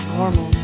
normal